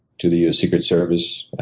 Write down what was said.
to the ah secret service,